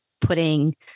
putting